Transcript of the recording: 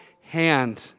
hand